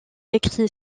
écrit